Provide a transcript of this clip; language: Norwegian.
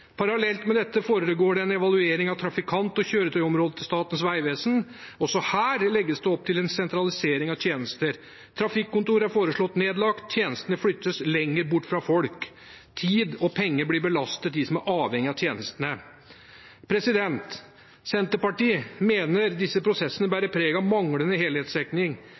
Parallelt med dette foregår det en evaluering av trafikant- og kjøretøyområdet til Statens vegvesen. Også her legges det opp til en sentralisering av tjenester. Trafikkontor er foreslått nedlagt, tjenestene flyttes lenger bort fra folk. Tid og penger blir belastet dem som er avhengige av tjenestene. Senterpartiet mener disse prosessene bærer preg av manglende